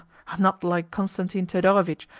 i am not like constantine thedorovitch,